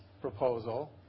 proposal